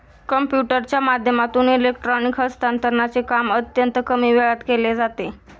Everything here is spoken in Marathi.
कम्प्युटरच्या माध्यमातून इलेक्ट्रॉनिक हस्तांतरणचे काम अत्यंत कमी वेळात केले जाते